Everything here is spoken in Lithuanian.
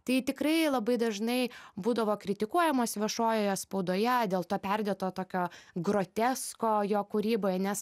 tai tikrai labai dažnai būdavo kritikuojamas viešojoje spaudoje dėl to perdėto tokio grotesko jo kūryboje nes